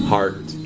Heart